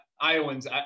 Iowans